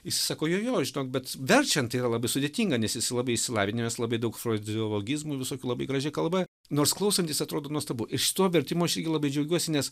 jis sako jo jo žinok bet verčiant tai yra labai sudėtinga nes jis labai išsilavinęs labai daug frazeologizmų visokių labai graži kalba nors klausantis atrodo nuostabu ir šituo vertimu aš irgi labai džiaugiuosi nes